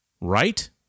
Right